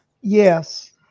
yes